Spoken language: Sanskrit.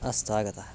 अस्तु आगतः